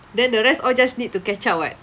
then the rest all just need to catch up [what]